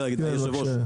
היו"ר,